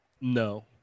No